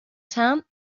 san